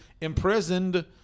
imprisoned